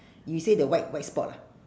you say the white white spot ah